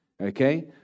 Okay